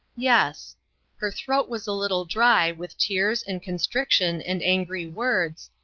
yes her throat was a little dry with tears and constriction and angry words,